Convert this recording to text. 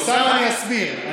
אוסאמה, אני אסביר.